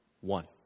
One